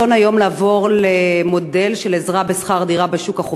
לעבור למודל של עזרה בשכר דירה בשוק החופשי,